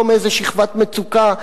לא מאיזו שכבת מצוקה,